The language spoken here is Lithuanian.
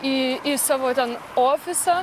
į į savo ten ofisą